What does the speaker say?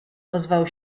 ozwał